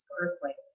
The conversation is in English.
earthquake